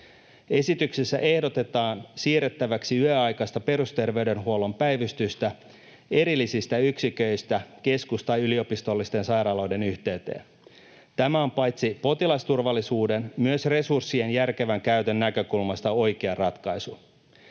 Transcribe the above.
Esityksessä ehdotetaan siirrettäväksi yöaikaista perusterveydenhuollon päivystystä erillisistä yksiköistä keskus- tai yliopistollisten sairaaloiden yhteyteen. Tämä on paitsi potilasturvallisuuden myös resurssien järkevän käytön näkökulmasta oikea ratkaisu.